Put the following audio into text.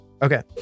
Okay